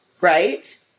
right